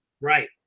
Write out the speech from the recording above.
Right